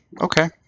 Okay